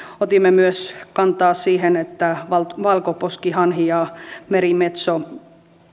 otimme myös kantaa siihen että valkoposkihanhi ja merimetso